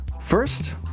First